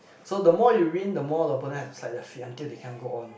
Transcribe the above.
so the more you win the more the opponent has to slide their feet until they cannot go on